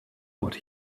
what